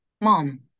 mom